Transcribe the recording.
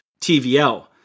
TVL